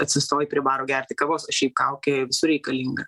atsistoji prie baro gerti kavos šiaip kaukė reikalinga